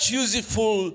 useful